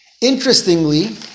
interestingly